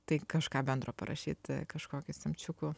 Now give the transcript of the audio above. tai kažką bendro parašyti kažkokį semčiukų